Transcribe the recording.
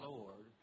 Lord